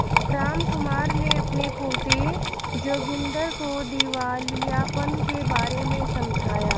रामकुमार ने अपने पोते जोगिंदर को दिवालियापन के बारे में समझाया